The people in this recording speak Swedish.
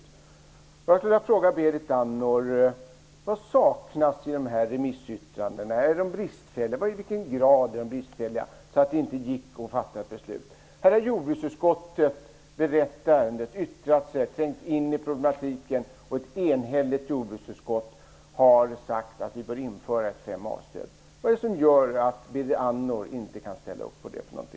Jag skulle därför vilja ställa en fråga till Berit Andnor: Vad saknas i dessa remissyttranden? Är de bristfälliga, och i så fall i vilken grad, eftersom det inte gick att fatta ett beslut? Jordbruksutskottet har berett ärendet, yttrat sig och trängt in i problematiken, och ett enhälligt jordbruksutskott har sagt att vi bör införa ett 5a-stöd. Vad är det som gör att Berit Andnor inte kan ställa sig bakom detta?